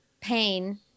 pain